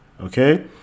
Okay